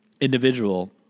individual